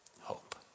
hope